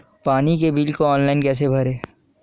पानी के बिल को ऑनलाइन कैसे भरें?